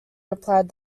replied